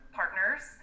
partners